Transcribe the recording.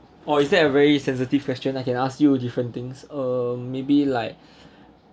or is that a very sensitive question I can ask you different things um maybe like